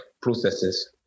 processes